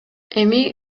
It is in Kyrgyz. эми